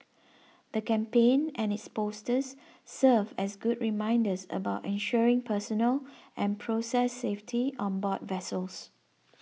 the campaign and its posters serve as good reminders about ensuring personal and process safety on board vessels